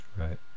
Right